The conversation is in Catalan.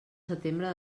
setembre